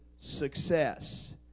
success